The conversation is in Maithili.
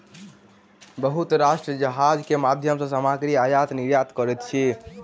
बहुत राष्ट्र जहाज के माध्यम सॅ सामग्री आयत निर्यात करैत अछि